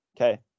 Okay